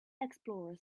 explorer